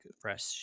fresh